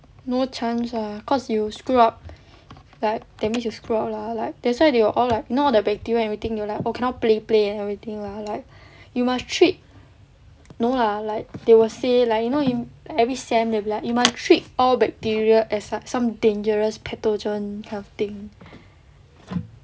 no chance lah cause you screw up like that means you screw up lah like that's why they were all you know the bacteria everything you like oh cannot play play and everything lah like you must treat no lah like they will say like you know in every sem they will be like you must treat all bacteria as some dangerous pathogen kind of thing